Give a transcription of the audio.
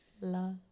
love